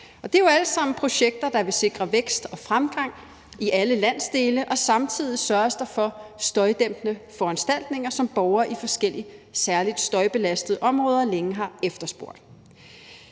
altså projekter, der vil sikre vækst og fremgang i alle landsdele, og samtidig sørges der for støjdæmpende foranstaltninger, som borgere i forskellige særlig støjbelastede områder længe har efterspurgt.